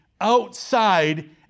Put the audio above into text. outside